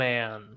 Man